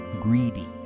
greedy